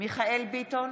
מיכאל מרדכי ביטון,